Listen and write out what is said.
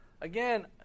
again